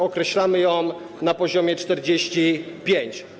Określamy ją na poziomie 45.